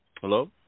Hello